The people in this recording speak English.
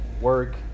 work